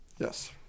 Yes